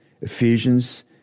Ephesians